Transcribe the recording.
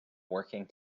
working